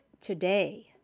today